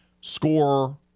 score